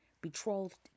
betrothed